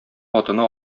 атына